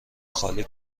خالی